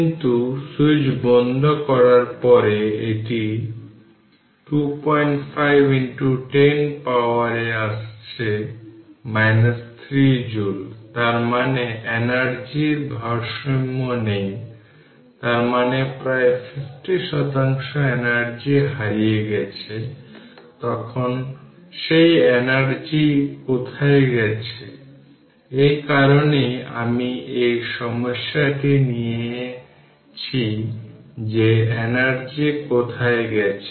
কিন্তু সুইচ বন্ধ করার পরে এটি 25 10 পাওয়ারে আসছে 3 জুল তার মানে এনার্জির ভারসাম্য নেই তার মানে প্রায় 50 শতাংশ এনার্জি হারিয়ে গেছে তখন সেই এনার্জি কোথায় গেছে এই কারণেই আমি এই সমস্যাটি নিয়েছি যে এনার্জি কোথায় গেছে